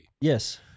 Yes